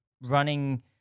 running